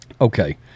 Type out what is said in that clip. Okay